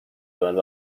کند